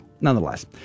nonetheless